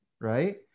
right